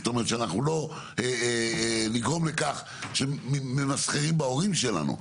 זאת אומרת, שלא נגרום לכך שממסחרים בהורים שלנו.